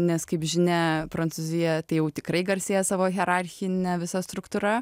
nes kaip žinia prancūzija tai jau tikrai garsėja savo hierarchine visa struktūra